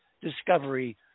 discovery